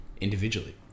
individually